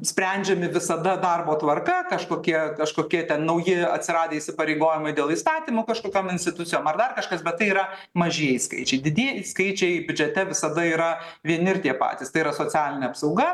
sprendžiami visada darbo tvarka kažkokie kažkokie ten nauji atsiradę įsipareigojimai dėl įstatymų kažkokiom institucijom ar dar kažkas bet tai yra mažieji skaičiai didieji skaičiai biudžete visada yra vieni ir tie patys tai yra socialinė apsauga